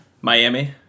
Miami